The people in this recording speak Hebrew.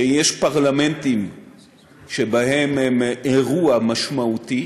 שיש פרלמנטים שבהם הן אירוע משמעותי